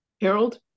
Harold